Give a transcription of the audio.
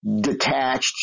detached